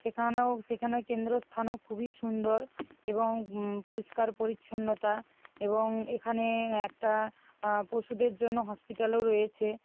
সেখানেও সেখানে কেন্দ্রস্থানও খুবই সুন্দর এবং পরিষ্কার পরিচ্ছন্নতা এবং এখানে একটা পশুদের জন্য হসপিটালও রয়েছে